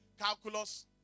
calculus